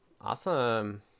Awesome